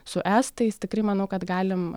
su estais tikrai manau kad galim